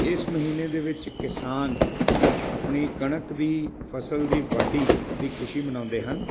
ਇਸ ਮਹੀਨੇ ਦੇ ਵਿੱਚ ਕਿਸਾਨ ਆਪਣੀ ਕਣਕ ਦੀ ਫਸਲ ਦੀ ਵਾਢੀ ਦੀ ਖੁਸ਼ੀ ਮਨਾਉਂਦੇ ਹਨ